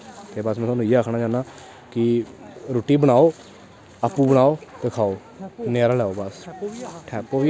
ते बस में थुआनूं इ'यै आक्खना चाह्न्नां कि रुट्टी बनाओ आपूं बनाओ ते खाओ नजारे लैओ बस